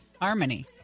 harmony